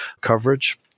coverage